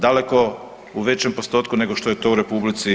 Daleko u većem postotku nego što je to u RH.